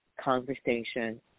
conversation